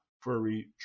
Furry